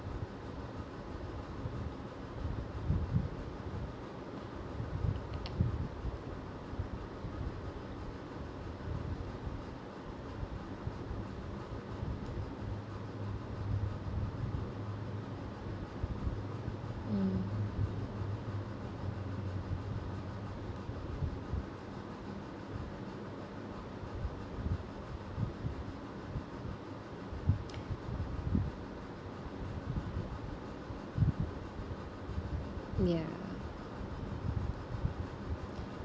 mm ya